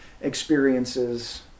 experiences